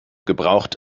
gebraucht